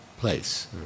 place